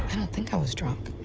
think i was drunk.